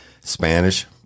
Spanish